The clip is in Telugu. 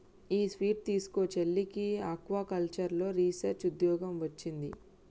ఈ స్వీట్ తీస్కో, చెల్లికి ఆక్వాకల్చర్లో రీసెర్చ్ ఉద్యోగం వొచ్చింది